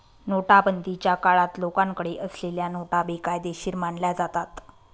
नोटाबंदीच्या काळात लोकांकडे असलेल्या नोटा बेकायदेशीर मानल्या जातात